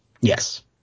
yes